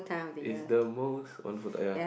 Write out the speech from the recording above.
is the most wonderful time ya